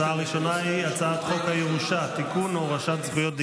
גם הוא משתנה, טקס המשואות,